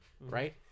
right